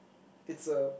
it's a